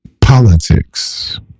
politics